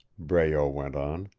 breault went on.